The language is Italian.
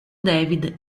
david